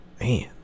Man